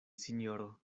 sinjoro